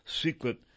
secret